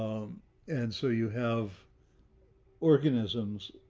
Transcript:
and so you have organisms,